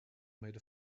made